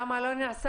למה לא נעשה?